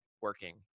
working